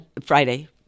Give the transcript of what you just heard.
Friday